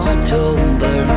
October